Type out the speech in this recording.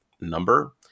number